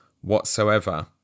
whatsoever